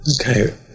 okay